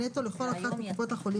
ואנחנו העלינו את זה כבר כמה פעמים וגם